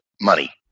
money